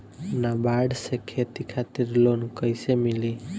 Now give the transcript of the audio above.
नाबार्ड से खेती खातिर लोन कइसे मिली?